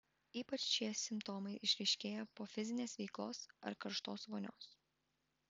ypač šie simptomai išryškėja po fizinės veiklos ar karštos vonios